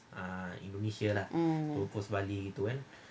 mm